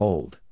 Old